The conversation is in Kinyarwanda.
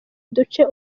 duce